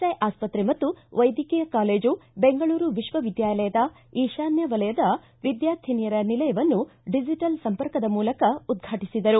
I ಆಸ್ಪತ್ರೆ ಮತ್ತು ವೈದ್ಯಕೀಯ ಕಾಲೇಜು ಬೆಂಗಳೂರು ವಿಕ್ವ ವಿದ್ವಾಲಯದ ಈಶಾನ್ಹ ವಲಯದ ವಿದಾರ್ಥಿನಿಯರ ನಿಲಯವನ್ನು ಡಿಜೆಟಲ್ ಸಂಪರ್ಕದ ಮೂಲಕ ಉದ್ಘಾಟಿಸಿದರು